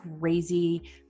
crazy